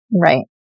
Right